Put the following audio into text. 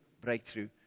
breakthrough